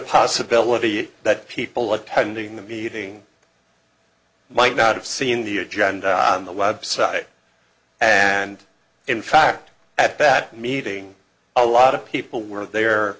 possibility that people attending the meeting might not have seen the agenda on the website and in fact at that meeting a lot of people were there